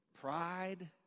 Pride